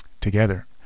together